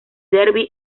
derby